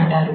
అంటారు